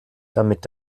damit